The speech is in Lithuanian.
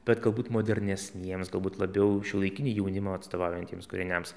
bet galbūt modernesniems galbūt labiau šiuolaikinį jaunimą atstovaujantiems kūriniams